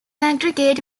aggregate